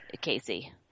Casey